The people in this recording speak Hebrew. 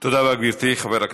תודה רבה, גברתי.